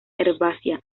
herbácea